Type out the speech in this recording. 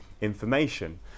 information